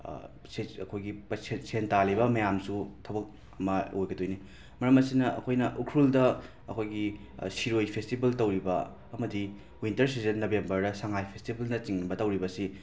ꯑꯩꯈꯣꯏꯒꯤ ꯁꯦꯟ ꯇꯥꯜꯂꯤꯕ ꯃꯌꯥꯝꯁꯨ ꯊꯕꯛ ꯑꯃ ꯑꯣꯏꯒꯗꯣꯏꯅꯤ ꯃꯔꯝ ꯑꯁꯤꯅ ꯑꯩꯈꯣꯏꯅ ꯎꯈ꯭ꯔꯨꯜꯗ ꯑꯣꯈꯣꯏꯒꯤ ꯁꯤꯔꯣꯏ ꯐꯦꯁꯇꯤꯕꯜ ꯇꯧꯔꯤꯕ ꯑꯃꯗꯤ ꯋꯤꯟꯇꯔ ꯁꯤꯖꯟ ꯅꯕꯦꯝꯕꯔꯗ ꯁꯉꯥꯏ ꯐꯦꯁꯇꯤꯕꯜꯅꯆꯤꯕ ꯇꯧꯔꯤꯕꯁꯤ